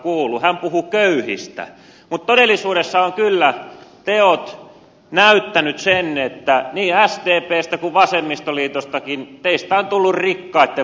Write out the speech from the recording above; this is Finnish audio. hän puhui köyhistä mutta todellisuudessa ovat kyllä teot näyttäneet sen että niin sdpstä kuin vasemmistoliitostakin teistä on tullut rikkaitten puolueita